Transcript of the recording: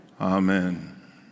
amen